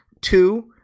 two